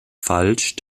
falsch